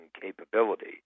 capability